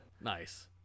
Nice